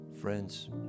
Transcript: Friends